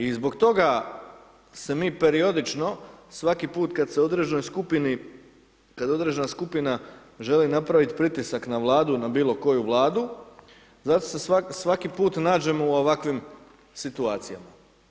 I zbog toga se mi periodično, svaki put kad se određenoj skupini, kad određena skupina želi napraviti pritisak na Vladu, na bilo koju Vladu, zato se svaki put nađemo u ovakvim situacijama.